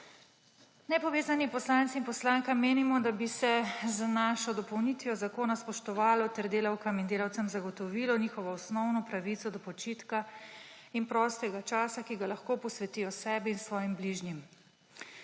Nepovezana poslanca in poslanka menimo, da bi se z našo dopolnitvijo zakona spoštovalo ter delavkam in delavcem zagotovilo njihovo osnovno pravico do počitka in prostega časa, ki ga lahko posvetijo sebi in svojim bližnjim.